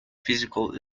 physical